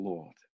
Lord